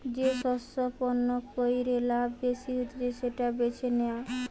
যে শস্য বপণ কইরে লাভ বেশি হতিছে সেটা বেছে নেওয়া